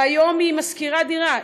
והיום היא שוכרת דירה,